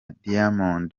diamond